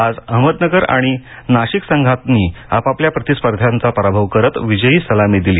आज अहमदनगर आणि नाशिक संघांनी आपापल्या प्रतिस्पर्ध्यांचा पराभव करत विजयी सलामी दिली